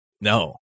No